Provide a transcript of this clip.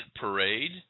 parade